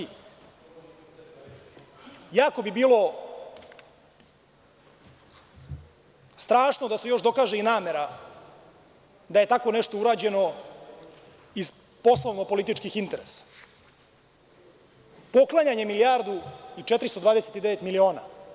Jako bi bilo strašno da se još dokaže i namera da je tako nešto urađeno iz poslovno-političkih interesa, poklanjanje milijardu i 429 miliona.